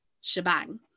shebang